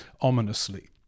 ominously